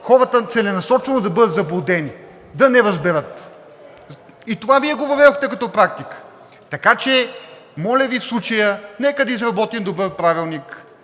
хората целенасочено да бъдат заблудени, да не разберат. И това Вие го въведохте като практика. Така че, моля Ви, в случая нека да изработим добър правилник.